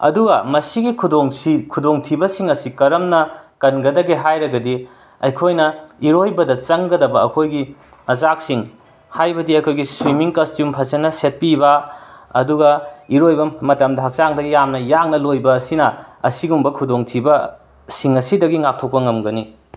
ꯑꯗꯨꯒ ꯃꯁꯤꯒꯤ ꯈꯨꯗꯣꯡꯁꯤ ꯈꯨꯗꯣꯡꯊꯤꯕꯁꯤꯡ ꯑꯁꯤ ꯀꯔꯝꯅ ꯀꯟꯒꯗꯒꯦ ꯍꯥꯏꯔꯒꯗꯤ ꯑꯩꯈꯣꯏꯅ ꯏꯔꯣꯏꯕꯗ ꯆꯪꯒꯗꯕ ꯑꯩꯈꯣꯏꯒꯤ ꯃꯆꯥꯛꯁꯤꯡ ꯍꯥꯏꯕꯗꯤ ꯑꯩꯈꯣꯏꯒꯤ ꯁ꯭ꯋꯤꯝꯃꯤꯡ ꯀꯁꯇ꯭ꯌꯨꯝ ꯐꯖꯅ ꯁꯦꯠꯄꯤꯕ ꯑꯗꯨꯒ ꯏꯔꯣꯏꯕ ꯃꯇꯝꯗ ꯍꯛꯆꯥꯡꯗ ꯌꯥꯝꯅ ꯌꯥꯡꯅ ꯂꯣꯏꯕ ꯑꯁꯤꯅ ꯑꯁꯤꯒꯨꯝꯕ ꯈꯨꯗꯣꯡꯊꯤꯕꯁꯤꯡ ꯑꯁꯤꯗꯒꯤ ꯉꯥꯛꯊꯣꯛꯄ ꯉꯝꯒꯅꯤ